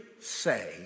say